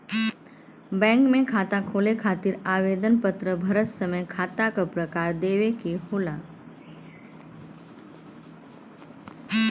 bank में खाता खोले खातिर आवेदन पत्र भरत समय खाता क प्रकार देवे के होला